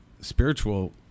spiritual